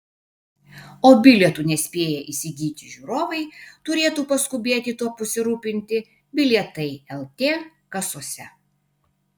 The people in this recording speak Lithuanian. o bilietų nespėję įsigyti žiūrovai turėtų paskubėti tuo pasirūpinti bilietai lt kasose